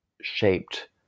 shaped